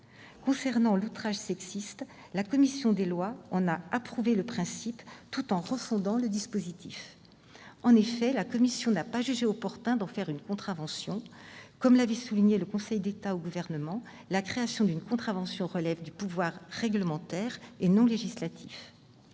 Concernant l'outrage sexiste, la commission des lois en a approuvé le principe tout en refondant le dispositif. En effet, elle n'a pas jugé opportun d'en faire une contravention : comme l'a rappelé le Conseil d'État au Gouvernement, la création d'une contravention relève du pouvoir réglementaire, et non du pouvoir